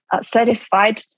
satisfied